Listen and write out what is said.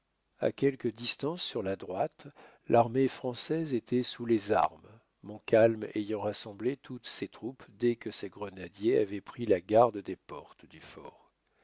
à quelque distance sur la droite l'armée française était sous les armes montcalm ayant rassemblé toutes ses troupes dès que ses grenadiers avaient pris la garde des portes du fort